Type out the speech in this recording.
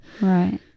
right